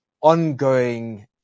ongoing